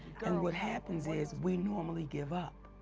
and what happens is, we normally give up,